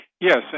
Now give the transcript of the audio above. Yes